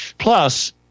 Plus